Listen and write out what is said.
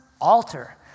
altar